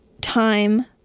time